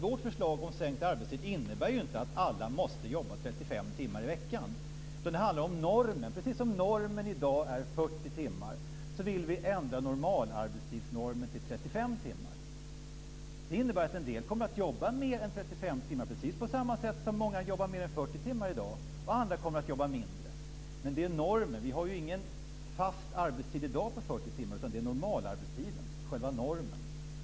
Vårt förslag om sänkt arbetstid innebär inte att alla måste jobba 35 timmar i veckan, utan det handlar om normen. Precis som normen i dag är 40 timmar vill vi ändra normalarbetstidsnormen till 35 timmar. Det innebär att en del kommer att jobba mer än 35 timmar, precis som många i dag jobbar mer än 40 timmar. Andra kommer att jobba mindre. Det är normen som det handlar om. Vi har ingen fast arbetstid i dag på 40 timmar, utan det är fråga om normalarbetstiden, själva normen.